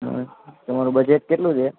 હં તમારું બજેટ કેટલું છે